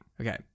Okay